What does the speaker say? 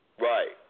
Right